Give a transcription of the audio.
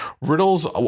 Riddles